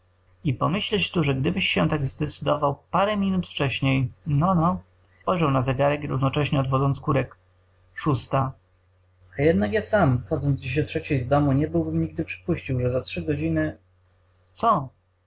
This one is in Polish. i pomyśleć tu że gdybyś się tak był zdecydował parę minut wcześniej no no spojrzał na zegarek równocześnie odwodząc kurek szósta a jednak ja sam wychodząc dziś o trzeciej z domu nie byłbym nigdy przypuścił że za trzy godziny co